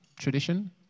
tradition